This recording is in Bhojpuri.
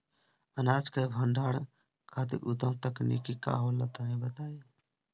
अनाज के भंडारण खातिर उत्तम तकनीक का होला तनी बताई?